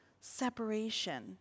separation